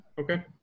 Okay